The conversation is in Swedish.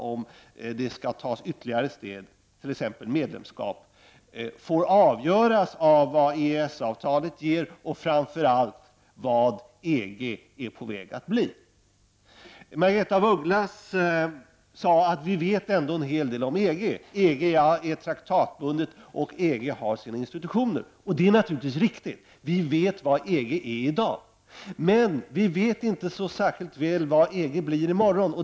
Om det skall tas ytterligare steg, t.ex. i form av ett medlemskap, får avgöras av vad EES-avtalet ger och framför allt av vad EG är på väg att bli. Margaretha af Ugglas sade att vi ändå vet en hel del om EG. EG är traktatbundet och har sina institutioner, sade hon. Det är naturligtvis riktigt. Vi vet vad EG är i dag, men vi vet inte särskilt mycket om vad EG blir i morgon.